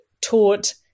taught